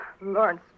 Lawrence